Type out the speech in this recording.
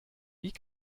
wie